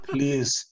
Please